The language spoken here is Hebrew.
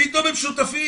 פתאום הם שותפים.